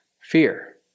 fear